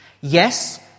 Yes